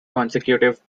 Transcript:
consecutive